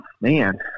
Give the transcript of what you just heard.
man